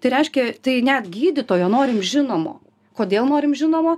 tai reiškia tai net gydytojo norim žinomo kodėl norim žinomo